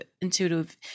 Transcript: intuitive